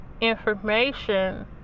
information